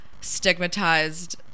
stigmatized